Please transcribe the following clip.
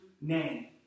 name